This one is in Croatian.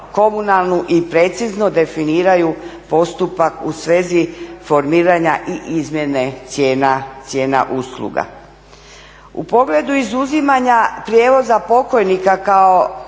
komunalnu i precizno definiraju postupak u svezi formiranja i izmjene cijena usluga. U pogledu izuzimanja prijevoza pokojnika kao